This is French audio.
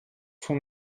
son